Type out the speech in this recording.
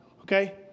okay